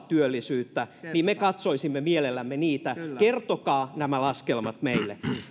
työllisyyttä me katsoisimme mielellämme niitä kertokaa nämä laskelmat meille